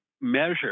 measure